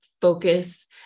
focus